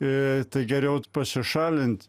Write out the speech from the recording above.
į tai geriau pasišalint